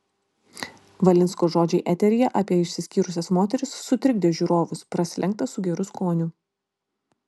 valinsko žodžiai eteryje apie išsiskyrusias moteris sutrikdė žiūrovus prasilenkta su geru skoniu